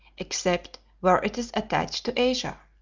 except where it is attached to asia.